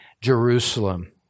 Jerusalem